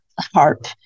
harp